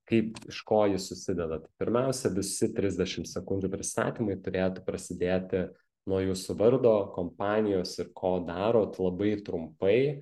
kaip iš ko ji susideda pirmiausia visi trisdešim sekundžių prisistatymai turėtų prasidėti nuo jūsų vardo kompanijos ir ko darot labai trumpai